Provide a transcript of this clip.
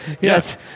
Yes